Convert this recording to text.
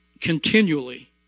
continually